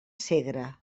segre